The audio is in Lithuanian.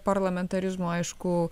parlamentarizmo aišku